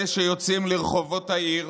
אלה שיוצאים לרחובות העיר